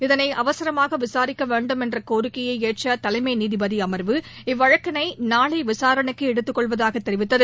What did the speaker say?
இதனை அவசரமாக விசாரிக்க வேண்டும் என்ற கோரிக்கையை ஏற்ற தலைமை நீதிபதி அம்வு இவ்வழக்கினை நாளை விசாரணைக்கு எடுத்துக்கொள்வதாக தெரிவித்தது